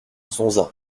zonza